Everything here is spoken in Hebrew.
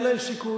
אין להן סיכוי.